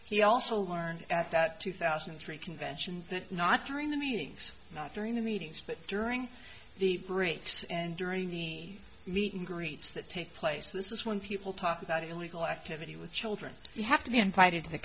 he also learned at that two thousand and three convention that not during the meetings not during the meetings but during the breaks and during the meet and greets that take place this is when people talk about illegal activity with children you have to be invited to